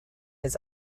his